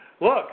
look